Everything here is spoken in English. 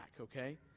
okay